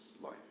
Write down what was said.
life